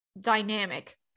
dynamic